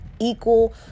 equal